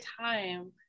time